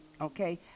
Okay